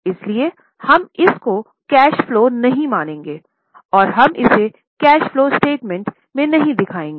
इसलिए हम इस को कैश फलो नहीं मानेंगे और हम इसे कैश फलो स्टेटमेंट में नहीं दिखाएँगे